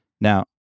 Now